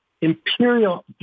imperial